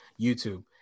youtube